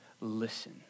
listen